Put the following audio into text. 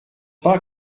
pas